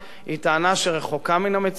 היא טענה שרחוקה מן המציאות,